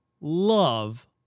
love